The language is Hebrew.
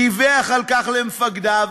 דיווח על כך למפקדיו,